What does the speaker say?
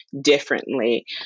differently